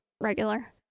regular